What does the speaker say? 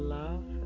love